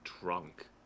drunk